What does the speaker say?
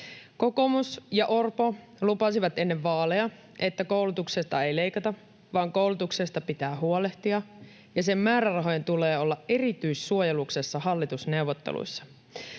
Kokoomus ja Orpo lupasivat ennen vaaleja, että koulutuksesta ei leikata vaan koulutuksesta pitää huolehtia ja sen määrärahojen tulee olla erityissuojeluksessa hallitusneuvotteluissa.